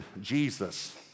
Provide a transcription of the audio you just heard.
Jesus